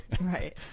Right